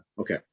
okay